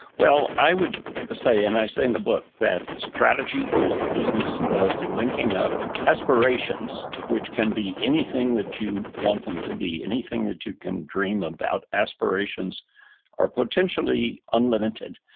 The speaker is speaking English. well i would say, and i say in the book, that strategy is the business of linking up aspirations which can be anything that you want them to be. anything that you can dream about. aspirations are potentially unlimited,